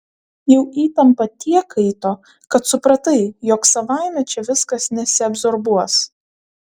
jau įtampa tiek kaito kad supratai jog savaime čia viskas nesiabsorbuos